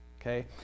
Okay